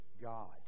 God